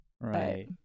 right